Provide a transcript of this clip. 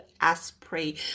Asprey